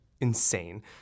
insane